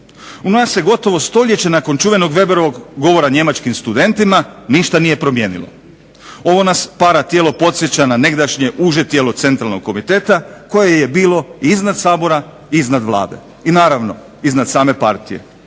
U nas se gotovo stoljeće nakon čuvenog Weberovog govora njemačkim studentima ništa nije promijenilo. Ovo nas para tijelo podsjeća na negdašnje uže tijelo Centralnog komiteta koje je bilo i iznad Sabora i iznad Vlade i naravno iznad same Partije.